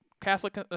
Catholic